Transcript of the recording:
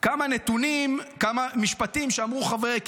כמה משפטים שאמרו חברי כנסת,